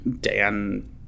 Dan